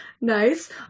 Nice